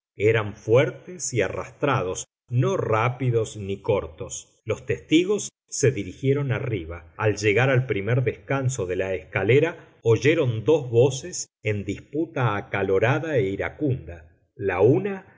eran fuertes y arrastrados no rápidos ni cortos los testigos se dirigieron arriba al llegar al primer descanso de la escalera oyeron dos voces en disputa acalorada e iracunda la una